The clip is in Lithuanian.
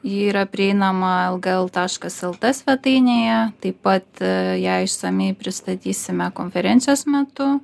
ji yra prieinama lgl taškas lt svetainėje taip pat ją išsamiai pristatysime konferencijos metu